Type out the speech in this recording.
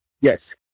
Yes